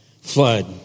flood